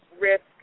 risk